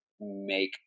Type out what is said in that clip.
make